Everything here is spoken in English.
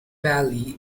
valley